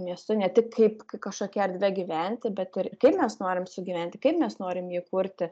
miestu ne tik kaip kažkokia erdve gyventi bet ir kaip mes norim sugyventi kaip mes norim jį kurti